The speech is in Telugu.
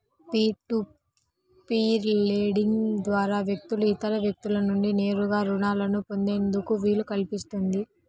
పీర్ టు పీర్ లెండింగ్ ద్వారా వ్యక్తులు ఇతర వ్యక్తుల నుండి నేరుగా రుణాలను పొందేందుకు వీలు కల్పిస్తుంది